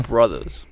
Brothers